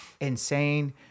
insane